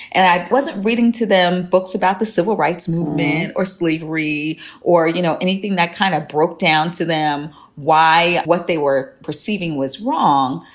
and i wasn't reading to them books about the civil rights movement or slavery or you know anything that kind of broke down to them why what they were perceiving was wrong.